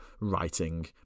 writing